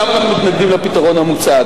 למה אנחנו מתנגדים לפתרון המוצע,